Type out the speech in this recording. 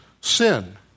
sin